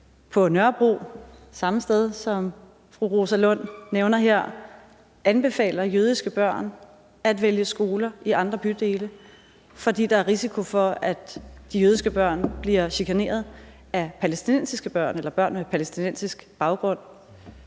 på Nørrebro, samme sted, som fru Rosa Lund nævner her, anbefaler jødiske børn at vælge skoler i andre bydele, fordi der er risiko for, at de jødiske børn bliver chikaneret af børn med palæstinensisk baggrund,